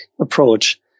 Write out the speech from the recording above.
approach